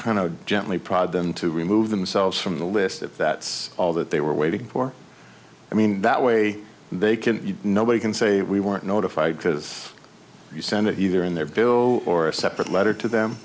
of gently prod them to remove themselves from the list that is all that they were waiting for i mean that way they can nobody can say we weren't notified because you sent it either in their bill or a separate letter to them